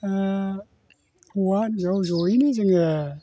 हौवा हिनजाव जयैनो जोङो